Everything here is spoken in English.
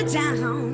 down